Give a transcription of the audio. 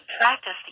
practice